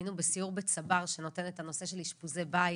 היינו בסיום בצבר שנותן את הנושא של אשפוזי בית